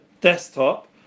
desktop